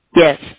Yes